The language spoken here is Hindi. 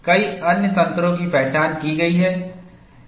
कई अन्य तंत्रों की पहचान की गई है